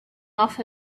off